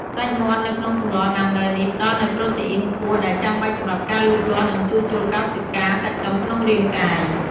សាច់មាន់នៅក្នុងសម្លងុាំង៉ូវនេះ ផ្តល់នូវប្រូតេអ៊ុីនខ្ពស់ ដែលចាំបាច់សម្រាប់ការលូតលាស់ និងជួសជុលកោសិកា សាច់ដុំក្នុងរាងកាយ។